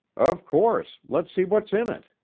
of course. let's see what's in it.